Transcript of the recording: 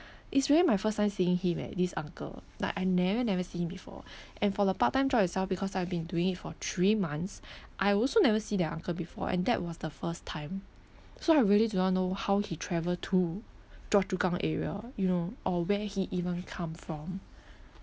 it's really my first time seeing him eh this uncle like I never never see him before and for the part time job itself because I've been doing it for three months I also never see that uncle before and that was the first time so I really do not know how he travel to choa chu kang area you know or where he even come from